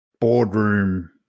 boardroom